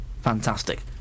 fantastic